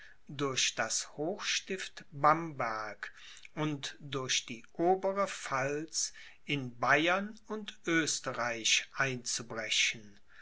durch das hochstift bamberg und durch die obere pfalz in bayern und oesterreich einzubrechen